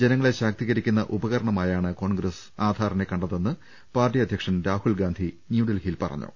ജനങ്ങളെ ശാക്തീകരിക്കുന്ന ഉപകരണമായാണ് കോൺഗ്രസ് എന്നും ആധാറിനെ കണ്ടതെന്ന് പാർട്ടി അധ്യക്ഷൻ രാഹുൽ ഗാന്ധി ന്യൂഡൽഹിയിൽ പറഞ്ഞു